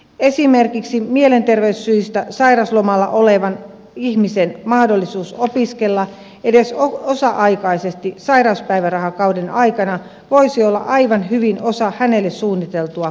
esimerkiksi mielenterveyssyistä sairauslomalla olevan ihmisen mahdollisuus opiskella edes osa aikaisesti sairauspäivärahakauden aikana voisi olla aivan hyvin osa hänelle suunniteltua kuntoutussuunnitelmaa